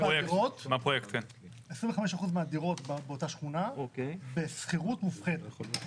--- 25% מהדירות באותה שכונה, בשכירות מופחתת.